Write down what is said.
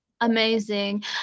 amazing